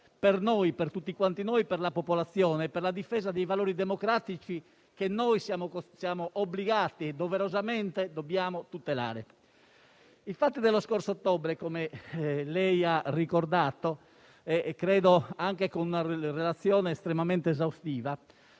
loro vita per tutti quanti noi, per la popolazione e la difesa dei valori democratici che noi siamo obbligati doverosamente a tutelare. I fatti dello scorso ottobre, come lei ha ricordato con una relazione estremamente esaustiva,